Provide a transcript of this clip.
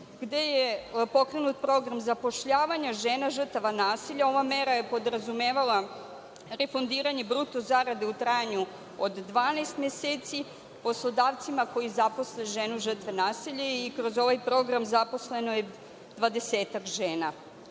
gde je pokrenut program zapošljavanja žena žrtava nasilja. Ova mera je podrazumevala refundiranje bruto zarade u trajanju od 12 meseci, poslodavcima koji zaposle ženu žrtve nasilja i kroz ovaj program zaposleno je dvadesetak